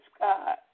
God